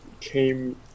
came